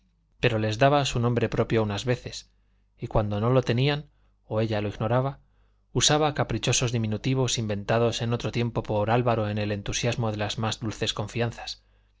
pero les daba su nombre propio unas veces y cuando no lo tenían o ella lo ignoraba usaba caprichosos diminutivos inventados en otro tiempo por álvaro en el entusiasmo de las más dulces confianzas